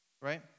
right